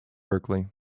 berkeley